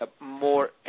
more